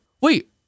wait